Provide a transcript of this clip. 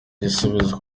igisubizo